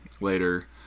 later